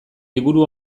liburu